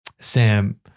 Sam